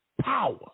power